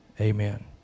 amen